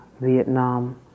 Vietnam